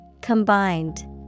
Combined